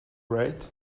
right